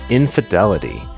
infidelity